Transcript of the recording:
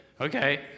Okay